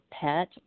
pet